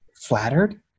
flattered